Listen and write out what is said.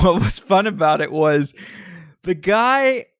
but was fun about it was the guy,